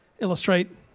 illustrate